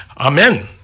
Amen